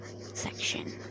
section